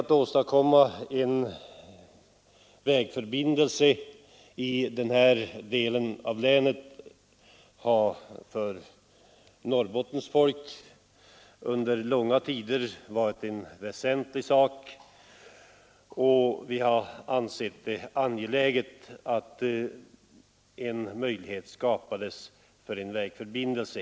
Att åstadkomma en vägförbindelse i denna del av länet har för Norrbottens folk under lång tid varit en väsentlig sak, och vi har ansett det angeläget att skapa möjligheter för en sådan vägförbindelse.